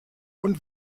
und